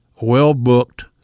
well-booked